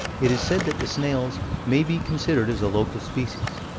it is said that the snails may be considered as a local species.